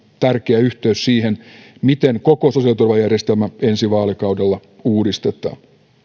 tärkeä yhteys siihen miten koko sosiaaliturvajärjestelmä ensi vaalikaudella uudistetaan